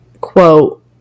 quote